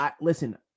Listen